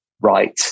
right